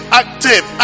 active